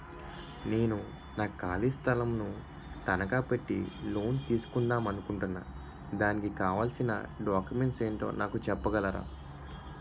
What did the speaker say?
నేను నా ఖాళీ స్థలం ను తనకా పెట్టి లోన్ తీసుకుందాం అనుకుంటున్నా దానికి కావాల్సిన డాక్యుమెంట్స్ ఏంటో నాకు చెప్పగలరా?